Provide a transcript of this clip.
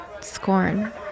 scorn